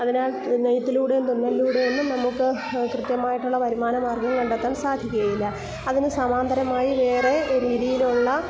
അതിനാൽ നെയ്ത്തിലൂടെയും തുന്നലിലൂടെയും ഒന്നും നമ്മൾക്ക് കൃത്യമായിട്ടുള്ള വരുമാന മാർഗ്ഗം കണ്ടെത്താൻ സാധിക്കുകയില്ല അതിന് സമാന്തരമായി വേറേ രീതിയിലുള്ള